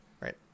right